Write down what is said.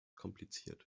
kompliziert